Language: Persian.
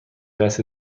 دست